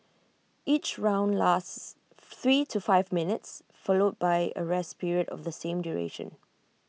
each round lasts three to five minutes followed by A rest period of the same duration